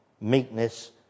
meekness